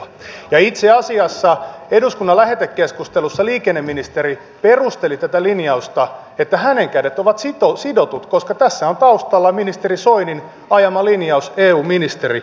ja itse asiassa eduskunnan lähetekeskustelussa liikenneministeri perusteli tätä linausta että hänen kätensä ovat sidotut koska tässä on taustalla ministeri soinin ajama linjaus eun ministerivaliokunnasta